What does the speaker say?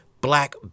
black